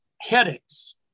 headaches